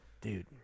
Dude